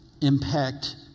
impact